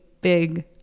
big